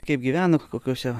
kaip gyveno kokiose